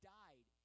died